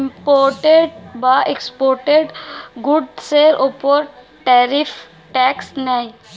imported বা exported গুডসের উপর ট্যারিফ ট্যাক্স নেয়